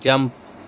jump